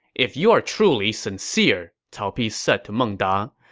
if you are truly sincere, cao pi said to meng da,